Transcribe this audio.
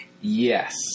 Yes